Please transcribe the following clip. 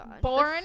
born